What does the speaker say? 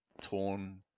torn